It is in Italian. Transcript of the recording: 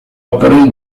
opere